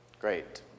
Great